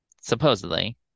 supposedly